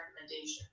recommendation